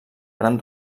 gran